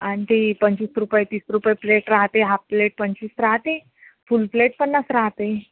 आणखी पंचवीस रुपये तीस रुपये प्लेट राहते हाफ प्लेट पंचवीस राहते फुल प्लेट पन्नास राहते